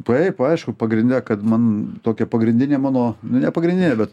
taip aišku pagrinde kad man tokia pagrindinė mano nu nepagrindinė bet